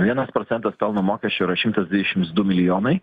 vienas procentas pelno mokesčio šimtas dvidešims du milijonai